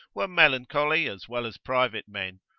were melancholy as well as private men,